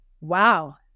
wow